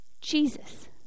Jesus